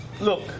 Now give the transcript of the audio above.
Look